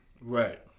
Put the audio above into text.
Right